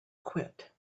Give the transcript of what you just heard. quit